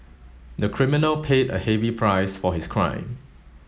the criminal paid a heavy price for his crime